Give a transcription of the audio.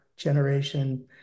generation